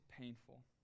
painful